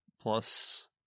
plus